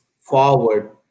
forward